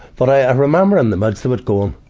but i remember in the midst of it going,